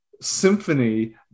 symphony